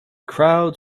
crowd